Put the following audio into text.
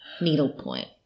needlepoint